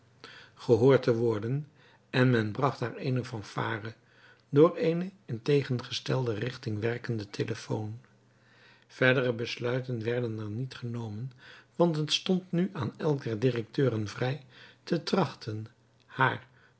gehoord te worden en men bracht haar eene fanfare door eenen in tegengestelde richting werkenden telephone verdere besluiten werden er niet genomen want het stond nu aan elk der directeurs vrij te trachten haar